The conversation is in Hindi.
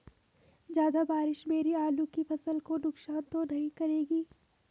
ज़्यादा बारिश मेरी आलू की फसल को नुकसान तो नहीं करेगी?